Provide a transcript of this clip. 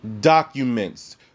documents